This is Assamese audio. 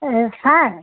ছাৰ